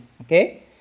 okay